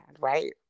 right